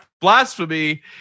blasphemy